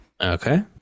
Okay